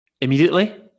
Immediately